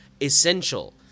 essential